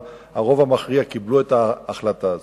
אבל הרוב המכריע קיבל את ההחלטה הזאת.